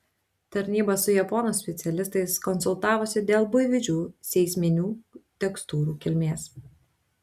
tarnyba su japonų specialistais konsultavosi dėl buivydžių seisminių tekstūrų kilmės